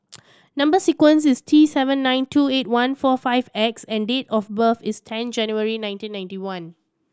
number sequence is T seven nine two eight one four five X and date of birth is ten January nineteen ninety one